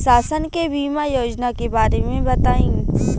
शासन के बीमा योजना के बारे में बताईं?